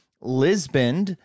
Lisbon